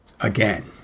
again